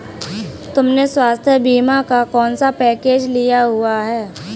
तुमने स्वास्थ्य बीमा का कौन सा पैकेज लिया हुआ है?